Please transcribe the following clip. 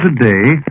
today